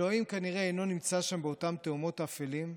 אלוהים כנראה אינו נמצא שם באותם תהומות אפלים,